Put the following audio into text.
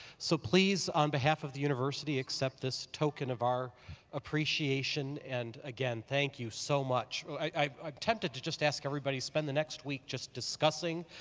so, please on behalf of the university accept this token of our appreciation and again, thank you so much. i'm tempted to just ask everybody to spend the next week just discussing,